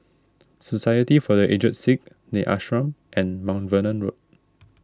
society for the Aged Sick the Ashram and Mount Vernon Road